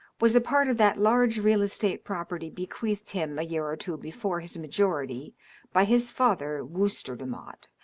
was a part of that large real-estate property bequeathed him a year or two before his majority by his father, wooster jdemotte,